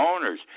owners